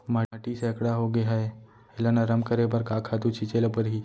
माटी सैकड़ा होगे है एला नरम करे बर का खातू छिंचे ल परहि?